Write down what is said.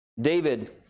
David